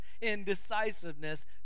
Indecisiveness